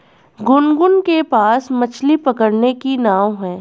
गुनगुन के पास मछ्ली पकड़ने की नाव है